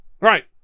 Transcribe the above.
Right